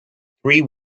three